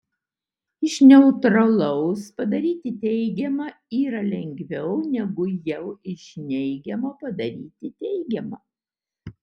iš neutralaus padaryti teigiamą yra lengviau negu jau iš neigiamo padaryti teigiamą